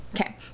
Okay